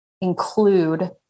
include